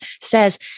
says